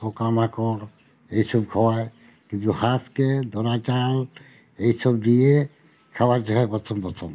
পোকা মাকড় এই সব খাওয়ায় কিন্তু হাঁসকে ধরাটাও এই সব দিয়ে খাবার জাগায় প্রথম প্রথম